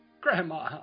Grandma